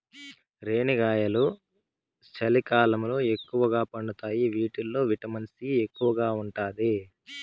రేణిగాయాలు చలికాలంలో ఎక్కువగా పండుతాయి వీటిల్లో విటమిన్ సి ఎక్కువగా ఉంటాది